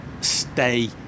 stay